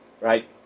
Right